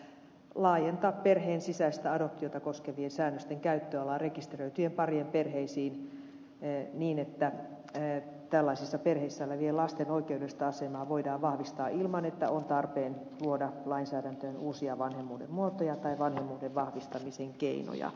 laajentamalla perheen sisäistä adoptiota koskevien säännösten käyttöalaa rekisteröityjen parien perheisiin voidaan tällaisissa perheissä elävien lasten oikeudellista asemaa vahvistaa ilman että on tarpeen luoda lainsäädäntöön uusia vanhemmuuden muotoja tai vanhemmuuden vahvistamisen keinoja